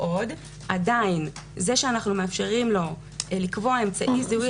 עוד - עדיין זה שאנחנו מאפשרים לו לקבוע אמצעי זיהוי